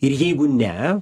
ir jeigu ne